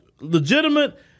legitimate